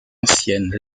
ancienne